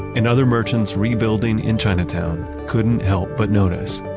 and other merchants rebuilding in chinatown couldn't help but notice